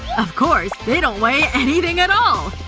of course, they don't weigh anything at all!